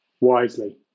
wisely